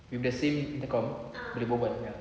if let's say intercom boleh berbual